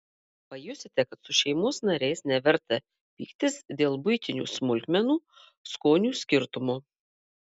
pajusite kad su šeimos nariais neverta pyktis dėl buitinių smulkmenų skonių skirtumo